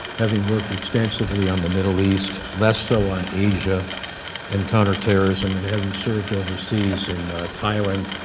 having worked extensively on the middle east, less so on asia and counterterrorism, and having served overseas in thailand,